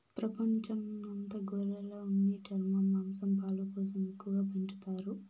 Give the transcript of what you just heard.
ప్రపంచం అంత గొర్రెలను ఉన్ని, చర్మం, మాంసం, పాలు కోసం ఎక్కువగా పెంచుతారు